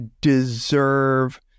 deserve